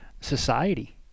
society